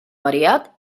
variat